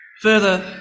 Further